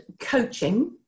coaching